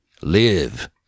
Live